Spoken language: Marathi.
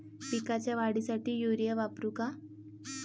पिकाच्या वाढीसाठी युरिया वापरू का?